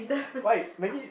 why maybe